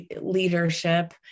leadership